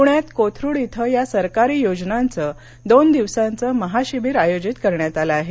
पृण्यात कोथरुड इथं या सरकारी योजनांचं दोन दिवसांचं महाशिबिर आयोजित करण्यात आलं आहे